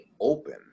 open